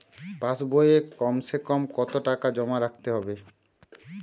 পাশ বইয়ে কমসেকম কত টাকা জমা রাখতে হবে?